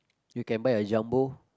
you can buy a jumbo